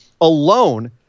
alone